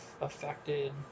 affected